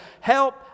Help